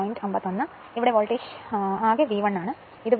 അതിനാൽ ഇവിടെ വോൾട്ടേജ് ആകെ വി 1 ആണ് ഇത് വി 2 ആണ്